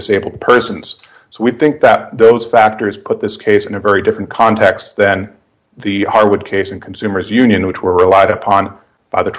disabled persons so we think that those factors put this case in a very different context than the harwood case and consumers union which were relied upon